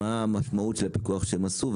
מה המשמעות של הפיקוח שהם עשו,